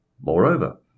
Moreover